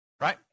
right